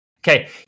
Okay